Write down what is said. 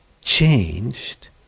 changed